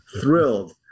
thrilled